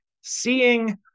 seeing